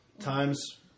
Time's